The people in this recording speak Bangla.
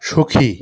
সুখী